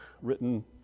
written